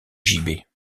gibet